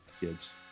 kids